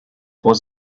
was